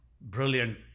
brilliant